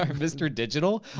um mr. digital?